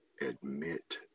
admit